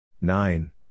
Nine